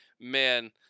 man